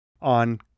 on